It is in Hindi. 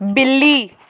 बिल्ली